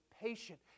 patient